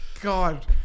god